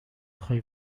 خوای